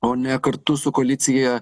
o ne kartu su koalicija